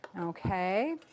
Okay